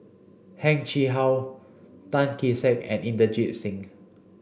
Heng Chee How Tan Kee Sek and Inderjit Singh